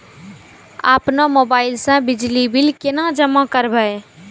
अपनो मोबाइल से बिजली बिल केना जमा करभै?